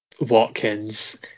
Watkins